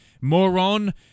moron